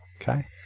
Okay